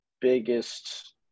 biggest